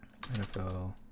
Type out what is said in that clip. NFL